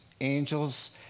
angels